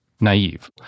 naive